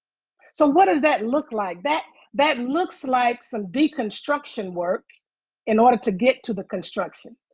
so what does that look like? that that looks like some deconstruction work in order to get to the construction.